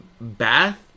Bath